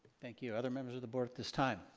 thank you, other members of the board at this time?